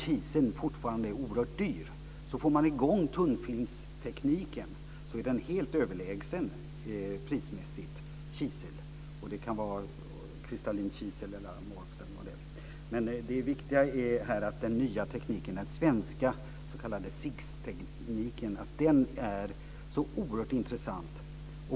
Kiseln är fortfarande oerhört dyr. Får man i gång tunnfilmstekniken är den därför prismässigt helt överlägsen kiseln. Det kan vara kristallinkisel, amorft osv. Det viktiga är att den nya tekniken, den svenska s.k. CIGS-tekniken, är så oerhört intressant.